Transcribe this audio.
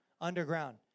underground